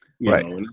Right